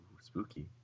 Spooky